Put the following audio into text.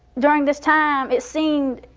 during this time, it seemed